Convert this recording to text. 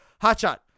Hotshot